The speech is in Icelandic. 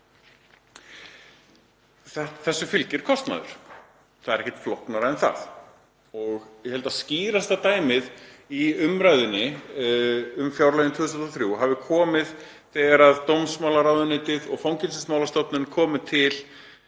Þessu fylgir kostnaður. Það er ekkert flóknara en það. Ég held að skýrasta dæmið í umræðunni um fjárlögin 2023 hafi komið þegar dómsmálaráðuneytið og Fangelsismálastofnun komu til